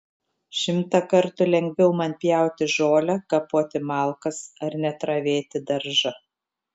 šimtą kartų lengviau man pjauti žolę kapoti malkas ar net ravėti daržą